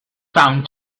found